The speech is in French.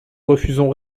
refusons